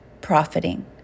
profiting